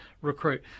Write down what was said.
recruit